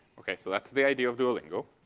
okay. so that's the idea of duolingo.